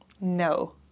No